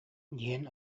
диэн